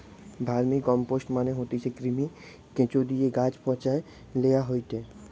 vermicompost মানে হতিছে কৃমি, কেঁচোদিয়ে গাছ পালায় লেওয়া হয়টে